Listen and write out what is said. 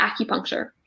acupuncture